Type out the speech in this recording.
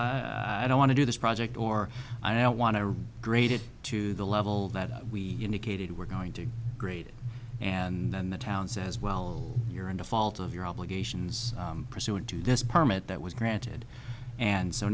i don't want to do this project or i don't want to grade it to the level that we indicated we're going to grade and then the town says well you're in the fault of your obligations pursuant to this permit that was granted and so